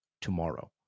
tomorrow